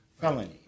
felony